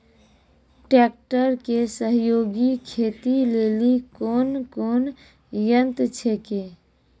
Tractor के सहयोगी खेती लेली कोन कोन यंत्र छेकै?